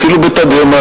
אפילו בתדהמה,